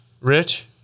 Rich